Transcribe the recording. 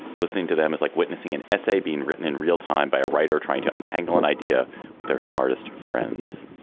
listening to them is like witnessing an essay being written in real time by a writer trying to untangle an idea with our smartest friends.